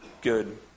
good